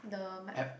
the mic